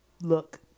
look